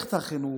מערכת החינוך